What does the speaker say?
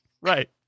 right